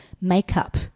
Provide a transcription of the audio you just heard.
makeup